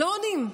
לא עונים.